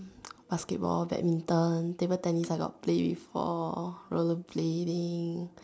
basketball badminton table-tennis I got play before rollerblading